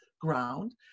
ground